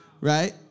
Right